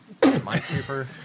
Minesweeper